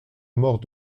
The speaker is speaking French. mort